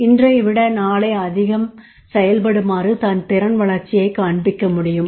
இன்றை விட நாளை அதிகம் செயல்படுமாறு தன் திறன் வளர்ச்சியை காண்பிக்க முடியும்